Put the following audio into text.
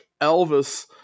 elvis